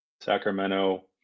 Sacramento